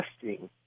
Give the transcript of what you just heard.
testing